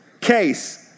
case